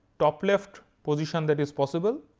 top left position that is possible.